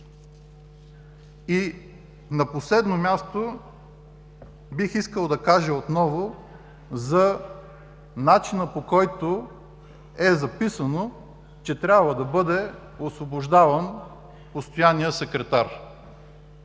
И на последно място бих искал да кажа отново за начина, по който е записано, че трябва да бъде освобождаван постоянният секретар